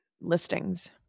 listings